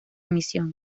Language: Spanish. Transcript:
misión